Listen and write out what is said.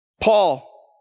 Paul